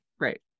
Right